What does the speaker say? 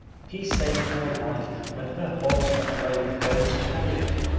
he saved her life when her horse ran away with her in a carriage,